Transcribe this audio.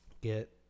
get